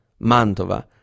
Mantova